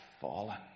fallen